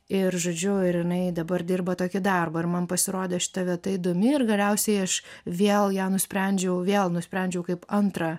ir žodžiu ir jinai dabar dirba tokį darbą ir man pasirodė šita vieta įdomi ir galiausiai aš vėl ją nusprendžiau vėl nusprendžiau kaip antrą